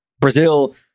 Brazil